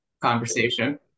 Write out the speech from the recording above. conversation